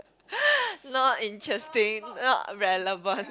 not interesting not relevant